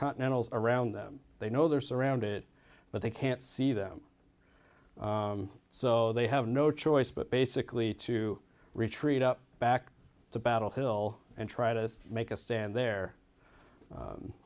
continentals around them they know they're surrounded but they can't see them so they have no choice but basically to retreat up back to battle hill and try to make a stand there